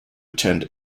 attend